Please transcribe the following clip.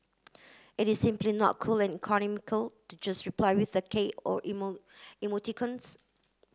it is simply not cool and economical to just reply with a k or emo emoticons